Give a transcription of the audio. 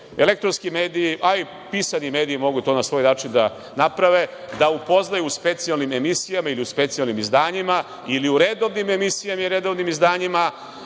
elektronski mediji, a i pisani mediji mogu to na svoj račun da naprave, da upoznaju u specijalnim emisijama ili specijalnim izdanjima ili u redovnim emisijama i redovnim izdanjima